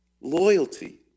Loyalty